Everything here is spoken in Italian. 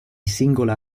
singola